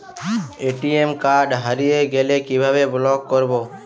ATM card হারিয়ে গেলে কিভাবে ব্লক করবো?